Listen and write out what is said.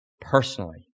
personally